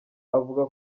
avuga